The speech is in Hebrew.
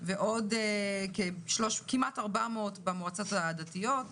ועוד כמעט 400 במועצות הדתיות,